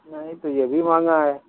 نہیں تو یہ بھی مہنگا ہے